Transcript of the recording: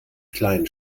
klein